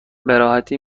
براحتی